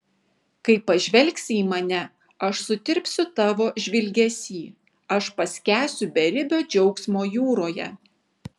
kai pažvelgsi į mane aš sutirpsiu tavo žvilgesy aš paskęsiu beribio džiaugsmo jūroje